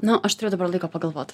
no aš turėjau dabar laiko pagalvot